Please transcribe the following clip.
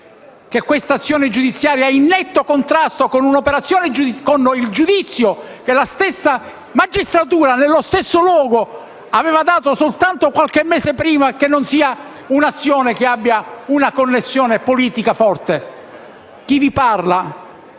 che questa azione giudiziaria è in netto contrasto con il giudizio che la stessa magistratura, nello stesso luogo, aveva dato soltanto qualche mese prima - che non vi sia un'azione che abbia una connessione politica forte? Chi vi parla